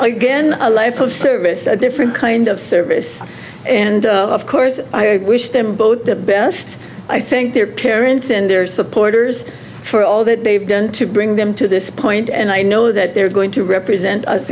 again a life of service a different kind of service and of course i wish them both the best i think their parents and their supporters for all that they've done to bring them to this point and i know that they're going to represent us